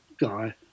guy